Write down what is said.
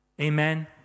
Amen